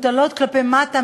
סוף-סוף,